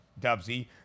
Dubsy